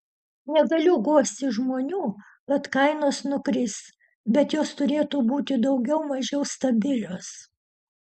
negaliu guosti žmonių kad kainos nukris bet jos turėtų būti daugiau mažiau stabilios